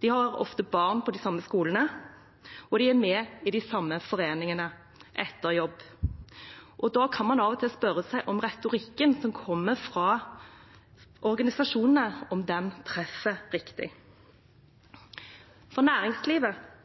De har ofte barn på de samme skolene, og de er med i de samme foreningene etter jobb. Da kan man av og til spørre seg om retorikken som kommer fra organisasjonene, treffer riktig. Næringslivet